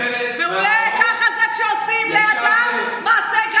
מעולה, ככה זה כשעושים לאדם מעשה,